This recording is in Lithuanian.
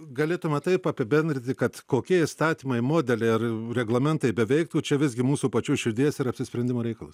galėtume taip apibendrinti kad kokie įstatymai modeliai ar reglamentai beveiktų čia visgi mūsų pačių širdies ir apsisprendimo reikalas